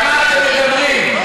על מה אתם מדברים?